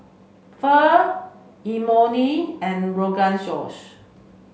Pho Imoni and Rogan Josh